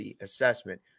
assessment